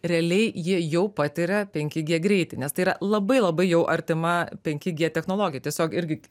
realiai jie jau patiria penki gie greitį nes tai yra labai labai jau artima penki gie technologijai tiesiog irgi